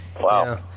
Wow